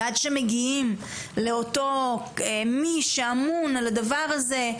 ועד שמגיעים לאותו מי שאמון על הדבר הזה,